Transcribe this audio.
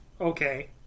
okay